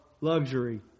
luxury